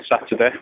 Saturday